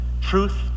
Truth